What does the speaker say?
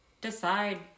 decide